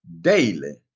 Daily